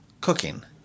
cooking